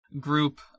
group